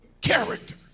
character